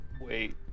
wait